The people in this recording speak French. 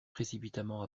précipitamment